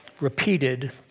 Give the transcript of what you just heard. repeated